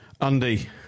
Andy